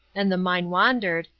and the mind wandered,